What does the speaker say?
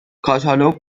کاتالوگ